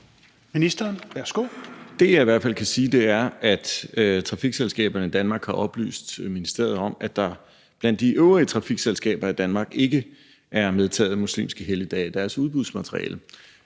Engelbrecht): Det, jeg i hvert fald kan sige, er, at Trafikselskaberne i Danmark har oplyst ministeriet om, at der blandt de øvrige trafikselskaber i Danmark ikke er medtaget muslimske helligdage i deres udbudsmateriale.